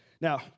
Now